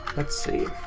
let's see.